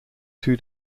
two